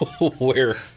where-